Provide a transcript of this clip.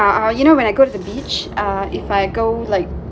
yeah you know when I go to the beach uh if I go like